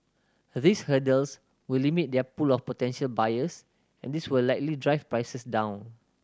these hurdles will limit their pool of potential buyers and this will likely drive prices down